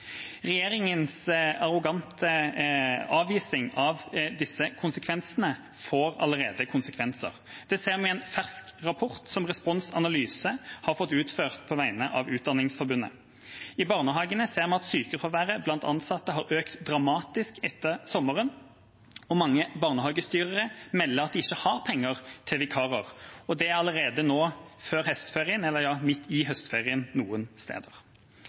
arrogante avvisning av disse konsekvensene får allerede konsekvenser. Det ser vi i en fersk rapport som Respons Analyse har fått utført på vegne av Utdanningsforbundet. I barnehagene ser man at sykefraværet blant ansatte har økt dramatisk etter sommeren, og mange barnehagestyrere melder at de ikke har penger til vikarer, og det allerede nå, før – og for noen midt i – høstferien.